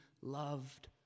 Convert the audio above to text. loved